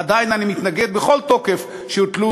עדיין אני מתנגד בכל תוקף לכך שיוטלו